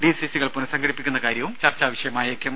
ഡിസിസികൾ പുനസംഘടിപ്പിക്കുന്ന കാര്യവും ചർച്ചാ വിഷയമായേക്കും